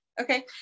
Okay